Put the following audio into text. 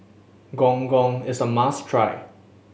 Gong Gong is a must try